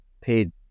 paid